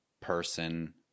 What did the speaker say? person